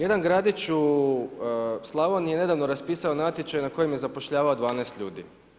Jedan gradić u Slavoniji je nedavno raspisao natječaj na kojem je zapošljavao 12 ljudi.